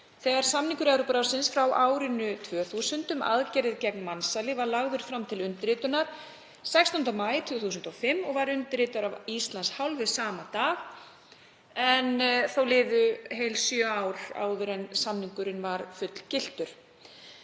þegar samningur Evrópuráðsins frá árinu 2000, um aðgerðir gegn mansali, var lagður fram til undirritunar 16. maí 2005 og var undirritaður af Íslands hálfu sama dag. En þó liðu heil sjö ár þar til samningurinn var fullgiltur.